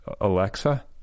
Alexa